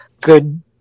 good